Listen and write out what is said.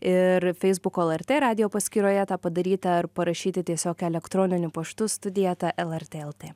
ir feisbuko lrt radijo paskyroje tą padaryti ar parašyti tiesiog elektroniniu paštu studija eta lrt lt